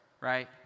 right